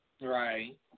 Right